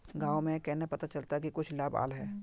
गाँव में केना पता चलता की कुछ लाभ आल है?